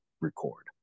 record